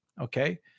okay